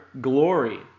glory